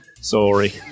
Sorry